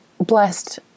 blessed